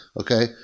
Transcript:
okay